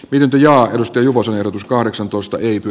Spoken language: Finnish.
lintuja edusti juvosen ehdotus kahdeksantoista ypy